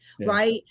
right